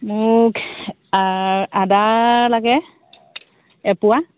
মোক আদা লাগে এপোৱা